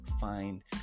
find